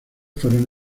fueron